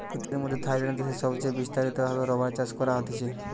পৃথিবীর মধ্যে থাইল্যান্ড দেশে সবচে বিস্তারিত ভাবে রাবার চাষ করা হতিছে